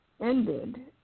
ended